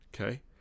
Okay